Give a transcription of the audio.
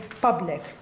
public